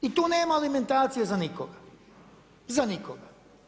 I tu nema alimentacije za nikoga, za nikoga.